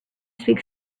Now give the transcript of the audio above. speak